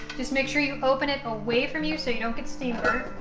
just make sure you open it away from you, so you don't get steam burned